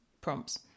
prompts